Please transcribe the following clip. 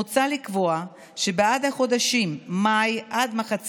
מוצע לקבוע שבעד החודשים מאי עד אמצע